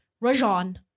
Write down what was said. Rajon